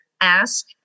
ask